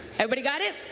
everybody got it?